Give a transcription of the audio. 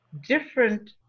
different